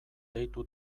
deitu